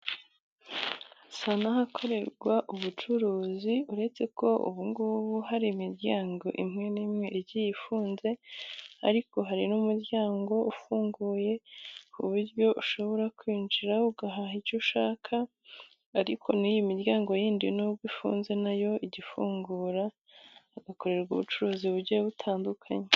Hasa n'ahakorerwa ubucuruzi, uretse ko ubungubu hari imiryango imwe n'imwe igifunze, ariko hari n'umuryango ufunguye ku buryo ushobora kwinjira ugahaha icyo ushaka. Ariko ni iy'imiryango yindi nubwo ifunze, nayo igifungura hagakorerwa ubucuruzi bugiye butandukanye.